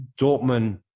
Dortmund